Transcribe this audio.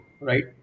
right